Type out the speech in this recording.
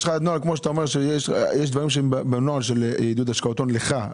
יש כמו שאתה אומר שיש דברים שהם בנוהל של עידוד השקעות הון לך,